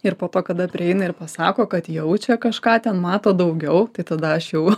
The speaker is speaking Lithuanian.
ir po to kada prieina ir pasako kad jaučia kažką ten mato daugiau tai tada aš jau